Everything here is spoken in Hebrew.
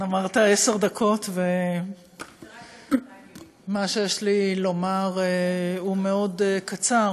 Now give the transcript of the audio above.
כן, אמרת עשר דקות, ומה שיש לי לומר הוא מאוד קצר.